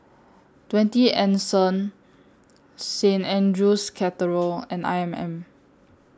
twenty Anson Saint Andrew's Cathedral and I M M